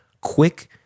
quick